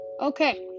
Okay